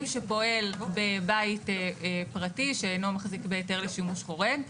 שפועל בבית פרטי שאינו מחזיק בהיתר לשימוש חורג.